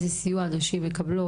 מה הסיוע שנשים מקבלות.